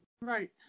right